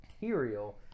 material